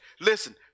Listen